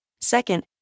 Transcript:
Second